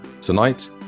Tonight